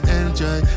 enjoy